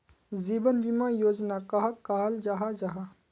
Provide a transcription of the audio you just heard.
जीवन बीमा योजना कहाक कहाल जाहा जाहा?